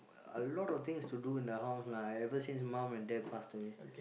a lot of things to do in the house lah ever since mum and dad passed away